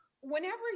whenever